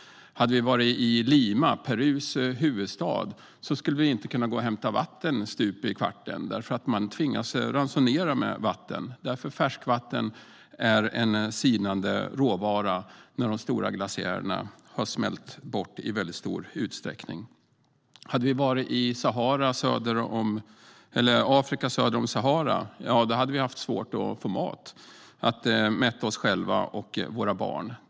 Hade vi varit i Lima, Perus huvudstad, hade vi inte kunnat gå och hämta vatten stup i kvarten. Man tvingas ransonera vattnet, eftersom färskvatten är en sinande råvara när de stora glaciärerna i väldigt stor utsträckning har smält bort. Hade vi varit i Afrika söder om Sahara hade vi haft svårt att få mat för att mätta oss själva och våra barn.